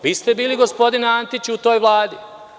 Vi ste bili gospodine Antiću u toj Vladi.